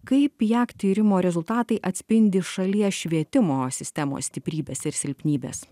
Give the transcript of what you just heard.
kaip pijak tyrimo rezultatai atspindi šalies švietimo sistemos stiprybes ir silpnybes